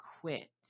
quit